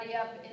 up